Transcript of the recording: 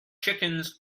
chickens